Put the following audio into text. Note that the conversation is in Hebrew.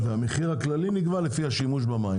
והמחיר הכללי נקבע לפי השימוש במים,